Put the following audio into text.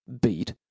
beat